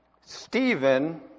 Stephen